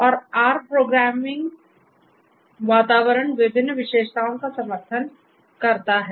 और R में programming वातावरण विभिन्न विशेषताओं का समर्थन करता है